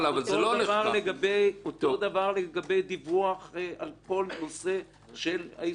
אותו דבר לגבי דיווח על כל נושא של העסקאות.